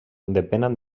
depenen